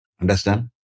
Understand